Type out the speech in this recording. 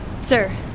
Sir